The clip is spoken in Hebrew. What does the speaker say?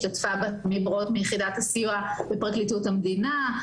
השתתפה בה בת-עמי ברוט מיחידת הסיוע בפרקליטות המדינה,